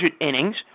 innings